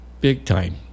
Big-time